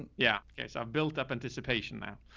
yeah. okay. so i've built up anticipation now.